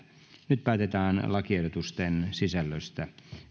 nyt päätetään lakiehdotusten sisällöstä